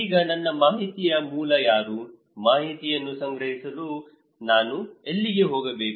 ಈಗ ನನ್ನ ಮಾಹಿತಿಯ ಮೂಲ ಯಾರು ಮಾಹಿತಿಯನ್ನು ಸಂಗ್ರಹಿಸಲು ನಾನು ಎಲ್ಲಿಗೆ ಹೋಗಬೇಕು